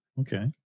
Okay